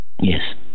Yes